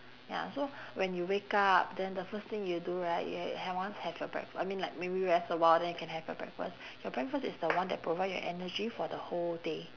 ya so when you wake up then the first thing you do right you have once have your breakfa~ I mean like maybe rest a while then you can your breakfast your breakfast is the one that provide your energy for the whole day